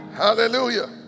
Hallelujah